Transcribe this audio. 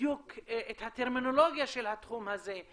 בדיוק את הטרמינולוגיה של התחום הזה?